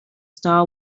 star